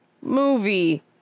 movie